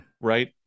right